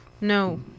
No